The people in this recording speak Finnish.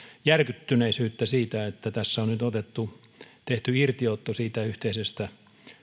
järkyttyneisyyttä siitä että tässä on nyt tehty irtiotto siitä yhteisestä